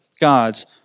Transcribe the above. God's